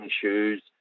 shoes